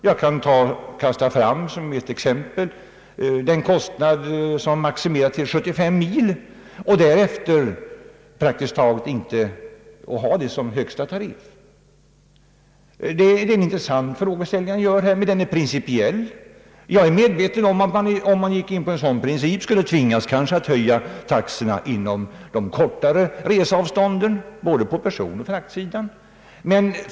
Jag kan som exempel nämna en summa motsvarande kostnaden för 75 mil och ha det beloppet som högsta tariff. Det är en intressant frågeställning, men den är principiell. Jag är medveten om att man med en sådan princip kanske skulle tvingas att höja taxorna för de kortare avstånden i fråga om både godsoch persontransport.